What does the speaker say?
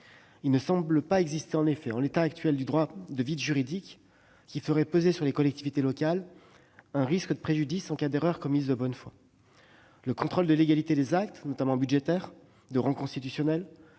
Il ne semble en effet pas exister, en l'état actuel du droit, de vide juridique qui ferait peser sur les collectivités locales un risque de préjudice en cas d'erreur commise de bonne foi. Le contrôle de légalité des actes, notamment budgétaires, de rang constitutionnel,